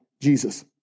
Jesus